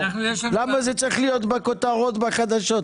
למה זה צריך להיות בכותרות בחדשות?